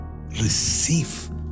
receive